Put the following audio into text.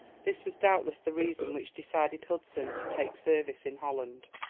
this was doubtless the reason which decided hudson to take service in holland.